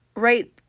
right